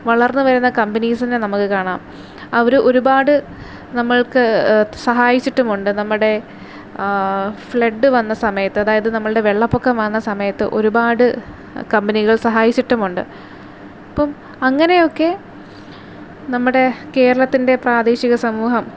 വളർന്നു വരുന്ന കമ്പനീസിനെ നമക്ക് കാണാം അവര് ഒരു ഒരുപാട് നമ്മൾക്ക് സഹായിച്ചിട്ടുമുണ്ട് നമ്മുടെ ഫ്ലഡ് വന്ന സമയത്ത് അതായത് നമ്മളുടെ വെള്ളപ്പൊക്കം വന്ന സമയത്ത് ഒരുപാട് കമ്പനികൾ സഹായിച്ചിട്ടുമുണ്ട് അപ്പം അങ്ങനെയൊക്കെ നമ്മുടെ കേരളത്തിൻ്റെ പ്രാദേശിക സമൂഹം